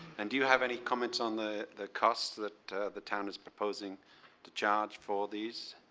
and do you have any comments on the the costs that the town is proposing to charge for these?